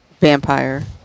vampire